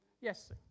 Yes